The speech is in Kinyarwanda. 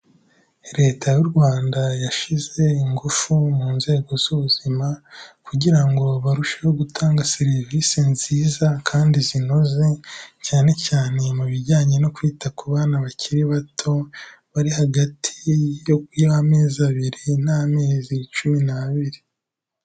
Leta y'u Rwanda yashyize ingufu mu nzego z'ubuzima kugira ngo barusheho gutanga serivisi nziza kandi zinoze, cyane cyane mu bijyanye no kwita ku bana bakiri bato bari hagati y'amezi abiri n'amezi cumi n'abiri.